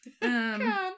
Come